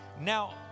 Now